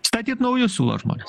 statyt naujus siūlo žmonės